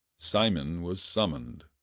simon was summoned.